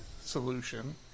solution